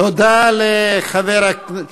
נגד הטרור.